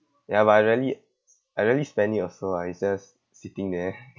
ya but I rarely I rarely spend it also ah it's just sitting there